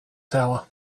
tower